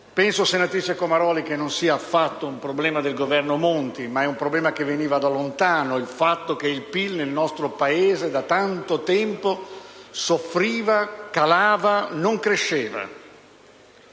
penso, senatrice Comaroli, che non sia affatto un problema del Governo Monti, ma un problema che veniva da lontano, il fatto che il PIL nel nostro Paese da tanto tempo soffriva, calava, non cresceva),1